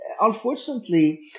unfortunately